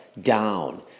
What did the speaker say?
down